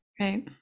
right